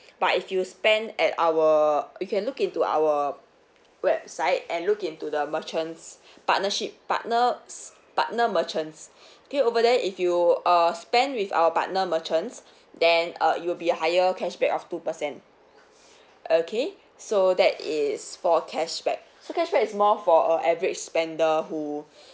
but if you spend at our you can look into our website and look into the merchants partnership partner's partner merchants there over there if you uh spend with our partner merchants then uh it'll be a higher cashback of two percent okay so that is for cashback so cashback is more for a average spender who